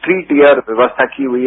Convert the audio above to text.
three tier व्यवस्था की हुई है